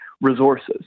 resources